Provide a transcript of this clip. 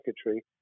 secretary